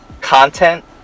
content